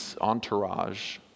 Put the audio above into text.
entourage